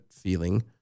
feeling